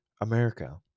America